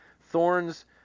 Thorns